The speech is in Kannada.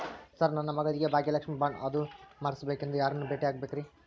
ಸರ್ ನನ್ನ ಮಗಳಿಗೆ ಭಾಗ್ಯಲಕ್ಷ್ಮಿ ಬಾಂಡ್ ಅದು ಮಾಡಿಸಬೇಕೆಂದು ಯಾರನ್ನ ಭೇಟಿಯಾಗಬೇಕ್ರಿ?